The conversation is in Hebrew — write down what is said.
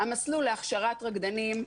המסלול להכשרת רקדנים,